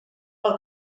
pel